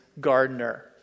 gardener